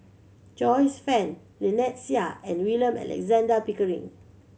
Joyce Fan Lynnette Seah and William Alexander Pickering